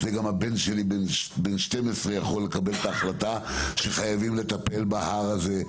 גם הבן שלי שהוא בן 12 יכול לקבל את ההחלטה שחייבים לטפל בהר הזה,